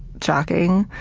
shocking.